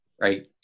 right